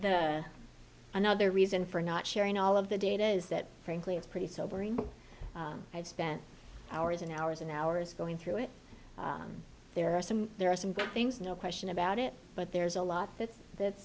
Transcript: that another reason for not sharing all of the data is that frankly it's pretty sobering i've spent hours and hours and hours going through it there are some there are some good things no question about it but there's a lot that's that's